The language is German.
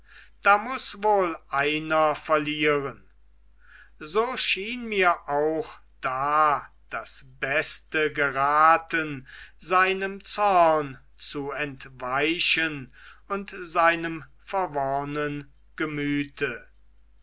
da muß wohl einer verlieren so schien mir auch da das beste geraten seinem zorn zu entweichen und seinem verworrnen gemüte